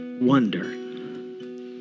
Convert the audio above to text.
wonder